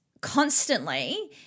constantly